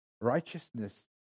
Righteousness